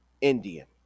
Indian